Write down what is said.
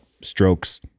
strokes